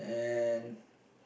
and